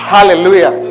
Hallelujah